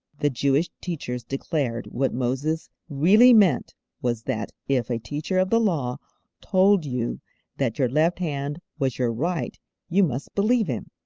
the jewish teachers declared what moses really meant was that if a teacher of the law told you that your left hand was your right you must believe him!